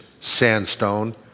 sandstone